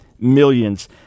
millions